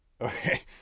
okay